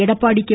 Edappadi K